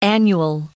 Annual